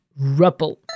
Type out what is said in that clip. Rubble